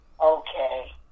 Okay